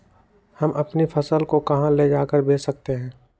हम अपनी फसल को कहां ले जाकर बेच सकते हैं?